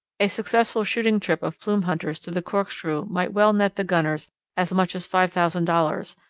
a successful shooting trip of plume hunters to the corkscrew might well net the gunners as much as five thousand dollars,